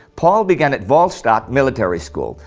paul began at wahlstatt military school,